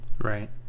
right